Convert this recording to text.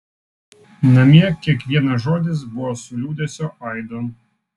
namie kiekvienas žodis buvo su liūdesio aidu